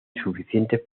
suficientes